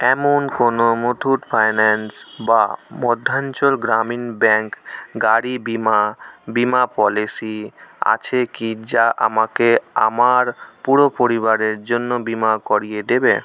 এমন কোনো মুথুট ফাইন্যান্স বা মধ্যাঞ্চল গ্রামীণ ব্যাঙ্ক গাড়ি বিমা বিমা পলিসি আছে কি যা আমাকে আমার পুরো পরিবারের জন্য বিমা করিয়ে দেবে